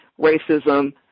racism